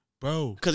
Bro